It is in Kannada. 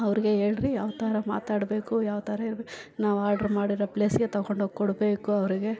ಅವ್ರಿಗೆ ಹೇಳ್ರಿ ಯಾವ್ತರ ಮಾತಾಡಬೇಕು ಯಾವ್ತರ ಇರ್ಬೇಕು ನಾವು ಆರ್ಡ್ರ್ ಮಾಡಿರೋ ಪ್ಲೇಸ್ಗೆ ತೊಗೊಂಡೋಗಿ ಕೊಡಬೇಕು ಅವ್ರಿಗೆ